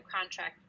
contract